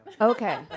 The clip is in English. okay